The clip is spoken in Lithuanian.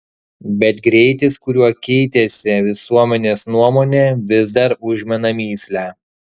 bet greitis kuriuo keitėsi visuomenės nuomonė vis dar užmena mįslę